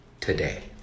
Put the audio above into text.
Today